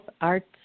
arts